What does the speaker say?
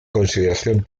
consideración